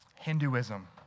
Hinduism